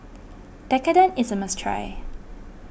Tekkadon is a must try